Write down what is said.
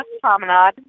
Promenade